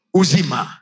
uzima